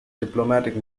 diplomatic